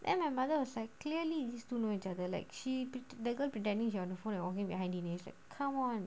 and my mother was like clearly this two know each other like she that girl pretending she on the phone and walking behind dinesh like come on